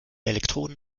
elektroden